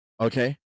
okay